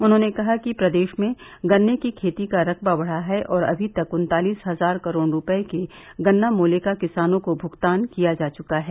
उन्होंने कहा कि प्रदेश में गन्ने की खेती का रकबा बढ़ा है और अभी तक उन्तालिस हजार करोड़ रूपये के गन्ना मूल्य का किसानों को भुगतान किया जा चुका है